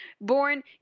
born